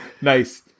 Nice